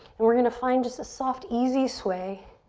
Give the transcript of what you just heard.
and we're gonna find just a soft, easy sway